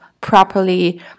properly